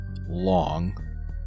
long